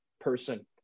person